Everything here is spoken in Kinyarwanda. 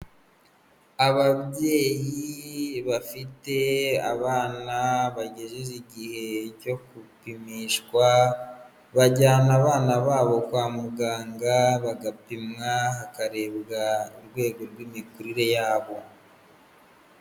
Ababyeyi bafite abana bagejeje igihe cyo gupimishwa bajyana abana babo kwa muganga bagapimwa hakarebwa urwego rw'imikurire yabo.